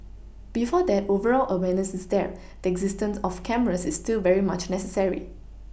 before that overall awareness is there the existence of cameras is still very much necessary